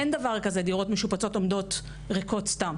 אין דבר כזה דירות משופצות עומדות ריקות קצת.